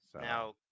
Now